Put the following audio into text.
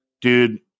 dude